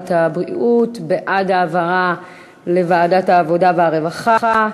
הבריאות בעד העברה לוועדת העבודה והרווחה.